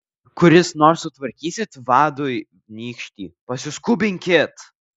kuris nors sutvarstykit vadui nykštį pasiskubinkit